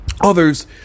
others